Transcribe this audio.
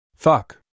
Fuck